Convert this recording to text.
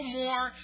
more